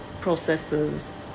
processes